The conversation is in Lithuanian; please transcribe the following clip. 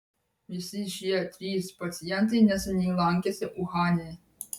visi šie trys pacientai neseniai lankėsi uhane